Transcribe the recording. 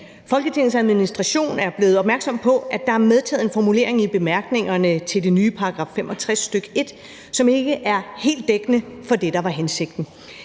Folketingets administration er blevet opmærksom på, at der er medtaget en formulering i bemærkningerne til det nye § 65, stk. 1, som ikke er helt dækkende for det, der var hensigten.